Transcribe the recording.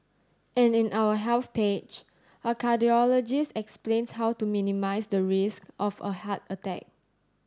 and in our Health page a cardiologist explains how to minimise the risk of a heart attack